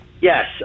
Yes